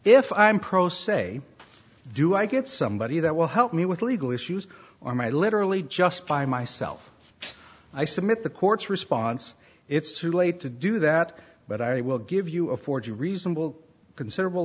if i'm pro se do i get somebody that will help me with legal issues or my literally just by myself i submit the court's response it's too late to do that but i will give you a forger reasonable considerable